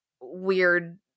weird